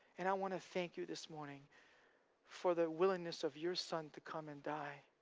and i want to thank you this morning for the willingness of your son to come and die,